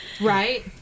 right